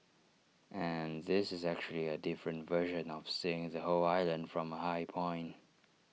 and this is actually A different version of seeing the whole island from A high point